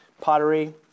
pottery